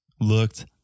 looked